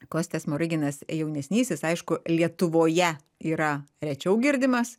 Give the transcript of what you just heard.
kostas smoriginas jaunesnysis aišku lietuvoje yra rečiau girdimas